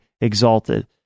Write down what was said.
exalted